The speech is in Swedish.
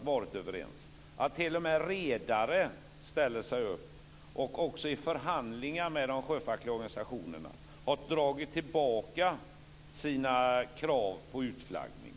varit överens att t.o.m. redare i förhandlingar med de sjöfackliga organisationerna har dragit tillbaka sina krav på utflaggning.